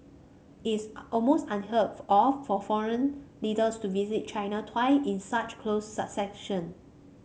it's almost unheard of for foreign leaders to visit China twice in such close succession